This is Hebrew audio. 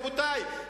רבותי,